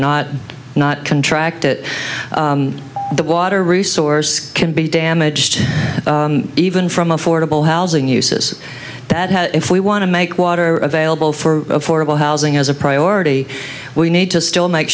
not not contract it the water resources can be damaged even from affordable housing uses that if we want to make water available for affordable housing as a priority we need to still make